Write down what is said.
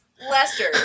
Lester